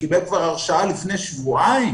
קיבל כבר הרשאה לפני שבועיים.